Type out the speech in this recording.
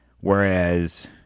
Whereas